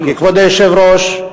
כבוד היושב-ראש,